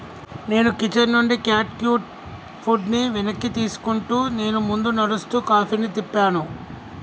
నేను కిచెన్ నుండి cat cute ఫుడ్ని వెనక్కి తీసుకుంటూ నేను ముందు నడుస్తూ కాఫీని తిప్పాను